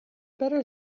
better